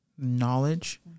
knowledge